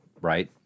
right